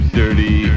dirty